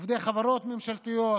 לעובדי חברות ממשלתיות